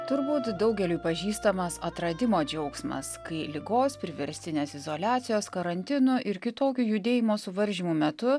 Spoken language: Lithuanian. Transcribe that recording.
turbūt daugeliui pažįstamas atradimo džiaugsmas kai ligos priverstinės izoliacijos karantino ir kitokio judėjimo suvaržymo metu